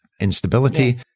instability